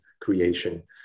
creation